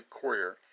Courier